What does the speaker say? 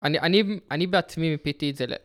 אני בעצמי מיפיתי את זה ל...